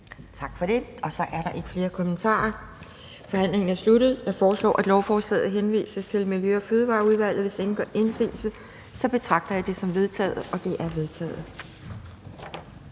Tak for det. Så er der ikke flere kommentarer, og forhandlingen er sluttet. Jeg foreslår, at lovforslaget henvises til Miljø- og Fødevareudvalget. Hvis ingen gør indsigelse, betragter jeg det som vedtaget. Det er vedtaget.